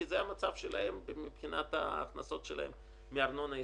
כי זה המצב שלהן מבחינת ההכנסות שלהן מארנונה עסקית.